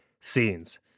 scenes